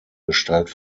gestalt